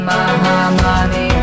Mahamani